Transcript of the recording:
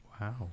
Wow